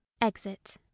exit